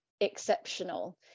exceptional